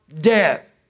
death